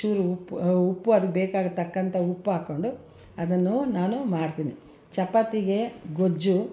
ಚೂರು ಉಪ್ಪು ಉಪ್ಪು ಅದಕ್ಕೆ ಬೇಕಾದ ತಕ್ಕಂಥ ಉಪ್ಪು ಹಾಕ್ಕೊಂಡು ಅದನ್ನು ನಾನು ಮಾಡ್ತೀನಿ ಚಪಾತಿಗೆ ಗೊಜ್ಜು